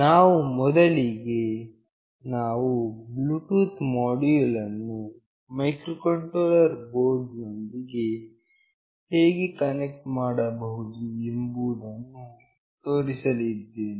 ನಾವು ಮೊದಲಿಗೆ ನಾವು ಬ್ಲೂಟೂತ್ ಮೋಡ್ಯುಲ್ ಅನ್ನು ಮೈಕ್ರೋ ಕಂಟ್ರೋಲರ್ ಬೋರ್ಡ್ ನೊಂದಿಗೆ ಹೇಗೆ ಕನೆಕ್ಟ್ ಮಾಡಬಹುದು ಎಂಬುದನ್ನು ತೋರಿಸಲಿದ್ದೇವೆ